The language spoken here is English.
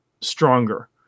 stronger